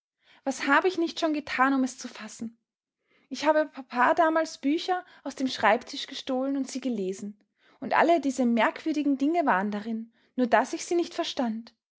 was habe ich nicht schon getan um es zu fassen ich habe papa damals bücher aus dem schreibtisch gestohlen und sie gelesen und alle diese merkwürdigen dinge waren darin nur daß ich sie nicht verstand